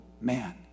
man